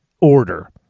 order